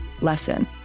lesson